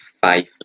five